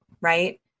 Right